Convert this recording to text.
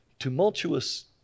Tumultuous